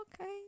okay